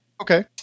Okay